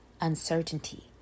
uncertainty